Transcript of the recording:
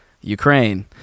Ukraine